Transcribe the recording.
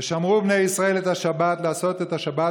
"ושמרו בני ישראל את השבת לעשות את השבת